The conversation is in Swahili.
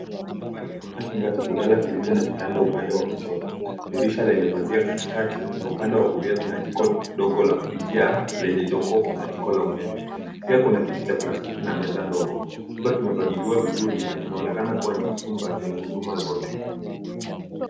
Hapa ninaona chumba cha kulala kilicho na kitanda upande wa kushoto. Dirisha lenye pazia katikati na upande wa kulia kuna jiko ndogo la kupikia lenye jokofu na jiko la umeme pia kuna kiti cha plastiki na meza ndogo. Chumba kimefagiliwa vizuri na kinaonekana kuwa ni chumba chenye huduma zote.